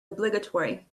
obligatory